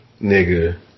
nigga